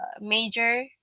major